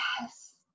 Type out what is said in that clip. Yes